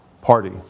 party